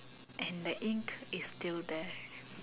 and the ink is still there